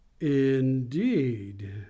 Indeed